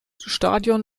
stadion